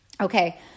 Okay